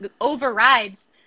overrides